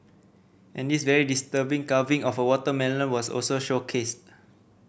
and this very disturbing carving of a watermelon was also showcased